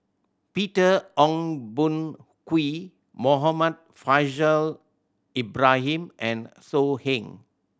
Peter Ong Boon Kwee Muhammad Faishal Ibrahim and So Heng